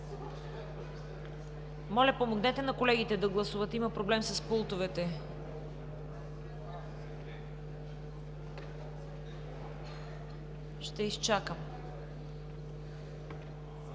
Моля, помогнете на колегите да гласуват. Има проблем с пултовете. Ще изчакам.